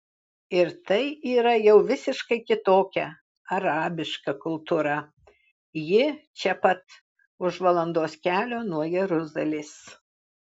ir tai yra jau visiškai kitokia arabiška kultūra ji čia pat už valandos kelio nuo jeruzalės